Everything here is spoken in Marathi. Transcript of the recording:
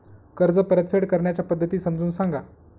कर्ज परतफेड करण्याच्या पद्धती समजून सांगा